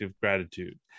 gratitude